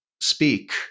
speak